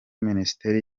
minisiteri